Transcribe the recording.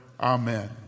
Amen